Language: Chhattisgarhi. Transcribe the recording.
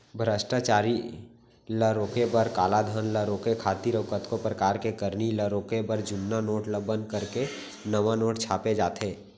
भस्टाचारी ल रोके बर, कालाधन ल रोके खातिर अउ कतको परकार के करनी ल रोके बर जुन्ना नोट ल बंद करके नवा नोट छापे जाथे